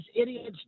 idiot's